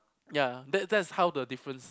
ya that that's how do the difference